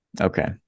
Okay